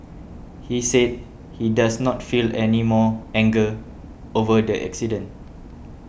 he said he does not feel any more anger over the accident